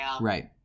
Right